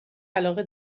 علاقه